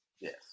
Yes